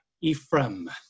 Ephraim